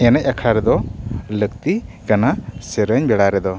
ᱮᱱᱮᱡ ᱟᱠᱷᱲᱟ ᱨᱮᱫᱚ ᱞᱟᱹᱠᱛᱤ ᱠᱟᱱᱟ ᱥᱮᱨᱮᱧ ᱵᱮᱲᱟ ᱨᱮᱫᱚ